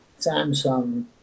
Samsung